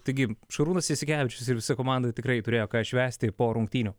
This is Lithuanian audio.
taigi šarūnas jasikevičius ir visa komanda tikrai turėjo ką švęsti po rungtynių